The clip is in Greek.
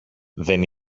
δεν